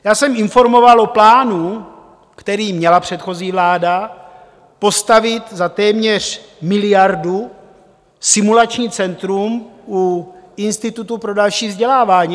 Já jsem informoval o plánu, který měla předchozí vláda, postavit za téměř miliardu simulační centrum u Institutu pro další vzdělávání.